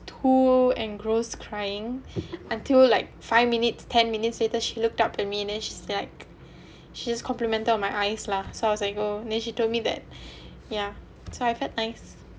too engross crying until like five minutes ten minutes later she looked up at me and then she's like she's complimented on my eyes lah so I was like oh and then she told me that yeah that's why I felt nice